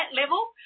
level